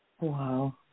Wow